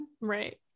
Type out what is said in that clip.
Right